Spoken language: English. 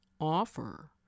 offer